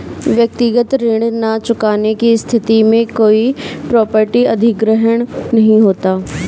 व्यक्तिगत ऋण न चुकाने की स्थिति में कोई प्रॉपर्टी अधिग्रहण नहीं होता